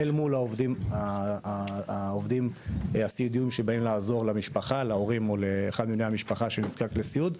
מול העובדים הסיעודיים שבאים כדי לטפל באחד מבני המשפחה שזקוק לסיעוד.